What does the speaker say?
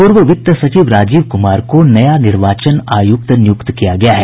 पूर्व वित्त सचिव राजीव कुमार को नया निर्वाचन आयुक्त नियुक्त किया गया है